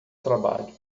trabalho